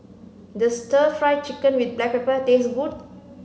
does stir fry chicken with black pepper taste good